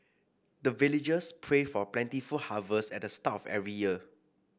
the villagers pray for plentiful harvest at the start of every year